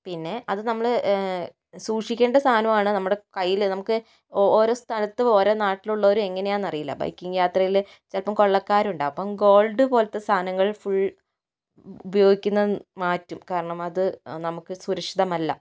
പിന്നെ അത് നമ്മള് സൂക്ഷിക്കേണ്ട സാധനം ആണ് നമ്മുടെ കയ്യിൽ നമുക്ക് ഓരോ സ്ഥലത്തും ഓരോ നാട്ടിലുള്ളവരും എങ്ങനെയെന്നറിയില്ല ബൈക്കിങ്ങ് യാത്രയിൽ ചിലപ്പോൾ കൊള്ളക്കാരുണ്ടാകും അപ്പോൾ ഗോൾഡ് പോലത്തെ സാധനങ്ങൾ ഫുൾ ഉപയോഗിക്കുന്നത് മാറ്റും കാരണം അത് നമുക്ക് സുരക്ഷിതമല്ല